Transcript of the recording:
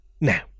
Now